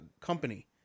company